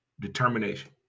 determination